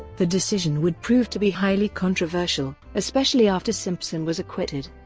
the decision would prove to be highly controversial, especially after simpson was acquitted.